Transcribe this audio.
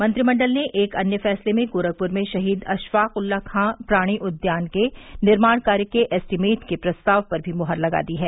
मंत्रिमंडल ने एक अन्य फैसले में गोरखपुर में शहीद अशफाक उल्ला खां प्राणि उद्यान के निर्माण कार्य के एस्टीमेट को लेकर प्रस्ताव पर भी मुहर लगा दी है